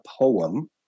poem